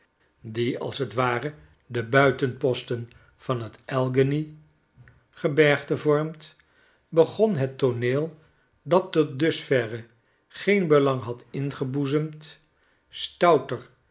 die als t ware de buitenposten van t alleghany gebergte vormt begon het tooneel dat tot dusverre geen belang had ingeboezemd stouter